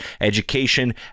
education